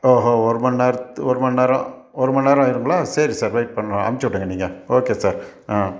ஓஹோ ஒருமணி நேரம் ஒருமணி நேரம் ஒருமணி நேரம் ஆயிடுங்களா சரி சார் வெயிட் பண்ணுறோம் அமுச்சு விடுங்க நீங்கள் ஓகே சார் ஆ